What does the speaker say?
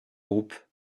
groupes